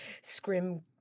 scrim